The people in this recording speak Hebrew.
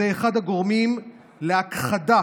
זה אחד הגורמים להכחדה